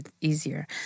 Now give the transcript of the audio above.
easier